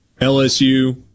LSU